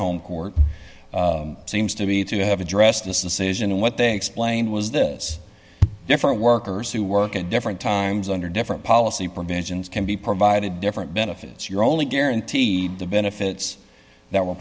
home court seems to be to have addressed this decision what they explained was this different workers who work at different times under different policy provisions can be provided different benefits you're only guaranteed the benefits that w